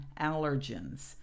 allergens